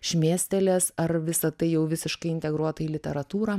šmėstelės ar visa tai jau visiškai integruota į literatūrą